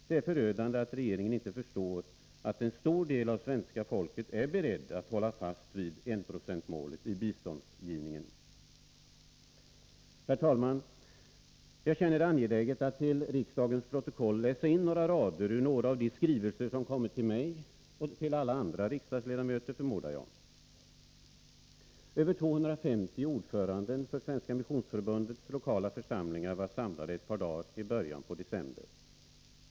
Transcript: Det är förödande att regeringen inte förstår att en stor del av svenska folket är beredd att hålla fast vid enprocentsmålet i biståndsgivningen. Herr talman! Jag känner det angeläget att till riksdagens protokoll läsa in några satser ur några av de skrivelser som kommit till mig och till alla andra riksdagsledamöter, förmodar jag. Över 250 ordförande för Svenska missionsförbundets lokala församlingar var samlade ett par dagar i början på december.